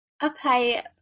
apply